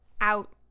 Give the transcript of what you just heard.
out